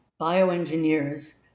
bioengineers